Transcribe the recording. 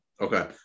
Okay